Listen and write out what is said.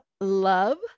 Love